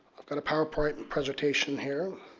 i've got a power point and presentation here.